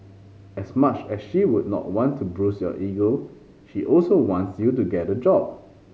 as much as she would not want to bruise your ego she also wants you to get a job